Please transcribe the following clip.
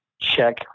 Check